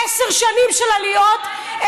עשר שנים של עליות,